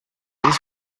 this